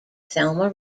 thelma